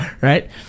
Right